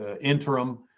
interim